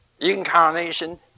Incarnation